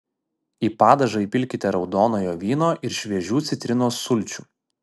į padažą įpilkite raudonojo vyno ir šviežių citrinos sulčių